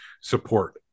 support